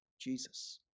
Jesus